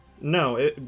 No